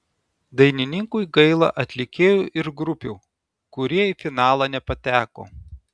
dainininkui gaila atlikėjų ir grupių kurie į finalą nepateko